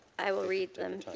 i will read them.